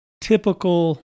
typical